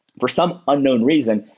for some unknown reason,